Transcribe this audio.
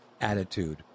attitude